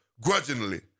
grudgingly